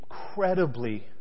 incredibly